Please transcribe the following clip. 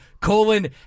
colon